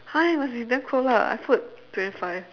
!huh! you must be damn cold lah I put twenty five